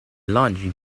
launch